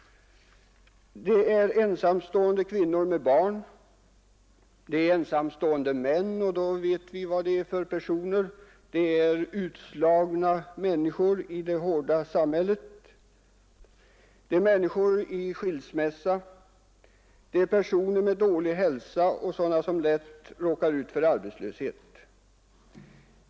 Det är ensamstående kvinnor med barn. Det är ensamstående män. Det är utslagna människor i det hårda samhället. Det är människor i skilsmässa. Det är personer med dålig hälsa och sådana som lätt råkar ut för arbetslöshet.